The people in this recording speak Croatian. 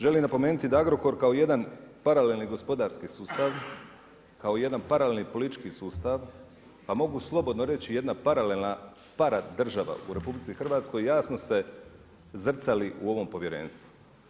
Želim napomenuti da Agrokor kao jedan paralelni gospodarski sustav, kao jedan paralelni politički sustav, pa mogu slobodno reći jedna paralelna para država u RH jasno se zrcali u ovome Povjerenstvu.